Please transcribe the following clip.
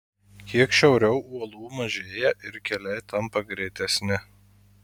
kiek šiauriau uolų mažėja ir keliai tampa greitesni